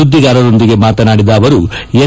ಸುದ್ದಿಗಾರರೊಂದಿಗೆ ಮಾತನಾಡಿದ ಅವರು ಎಸ್